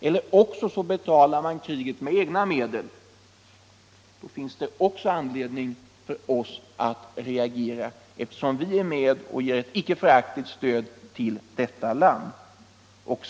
Om å andra sidan Cuba betalar kriget med egna medel, har vi också anledning att reagera, eftersom vi ger ett icke föraktligt stöd till detta land.